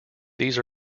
these